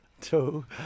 two